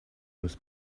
was